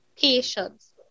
patience